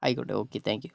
ആയിക്കോട്ടെ okay thank you